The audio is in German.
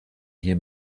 hier